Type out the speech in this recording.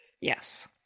Yes